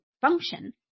function